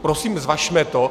Prosím zvažme to.